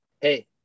hey